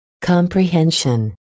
Comprehension